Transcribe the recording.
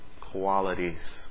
qualities